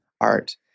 art